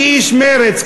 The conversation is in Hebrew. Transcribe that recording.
כאיש מרצ,